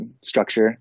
structure